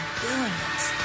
billions